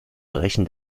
brechen